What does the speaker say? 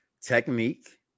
technique